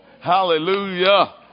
Hallelujah